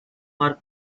mark